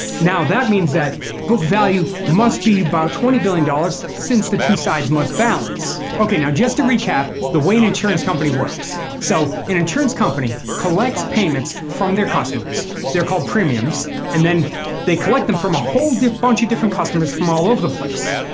now that means that book value must be about twenty billion dollars since the two sides must balance. ok now just to recap the way an insurance company works so in and turns company collects payments from their customers they are called premiums and then they collect them from a whole bunch of different customers from all over the place.